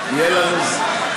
גמרתי עד עמוד 300, סיימתי את הספר.